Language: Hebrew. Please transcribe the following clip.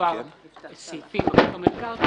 כדי שבאמת נספיק להעביר את החוק הזה כמה שיותר מהר.